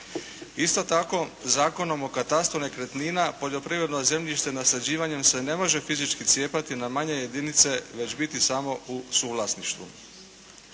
Isto tako Zakonom o katastru nekretnina poljoprivredno zemljište nasađivanjem se ne može fizički cijepati na manje jedinice već biti samo u suvlasništvu.